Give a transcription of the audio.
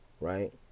right